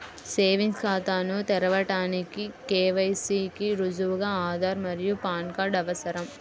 savings ఖాతాను తెరవడానికి KYC కి రుజువుగా ఆధార్ మరియు పాన్ కార్డ్ అవసరం